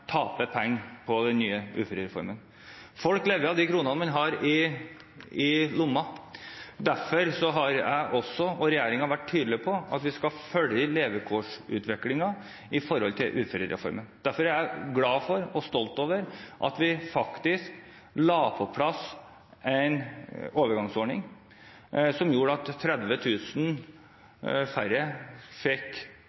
har i lomma. Derfor har jeg og regjeringen vært tydelige på at vi skal følge levekårsutviklingen i forhold til uførereformen. Derfor er jeg glad for og stolt over at vi faktisk fikk på plass en overgangsordning som gjorde at 30 000 færre fikk